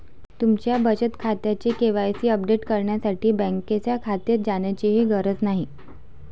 तुमच्या बचत खात्याचे के.वाय.सी अपडेट करण्यासाठी बँकेच्या शाखेत जाण्याचीही गरज नाही